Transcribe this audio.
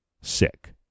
sick